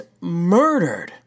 murdered